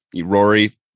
Rory